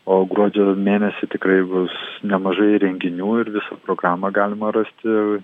o gruodžio mėnesį tikrai bus nemažai renginių ir visą programą galima rasti